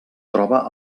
troba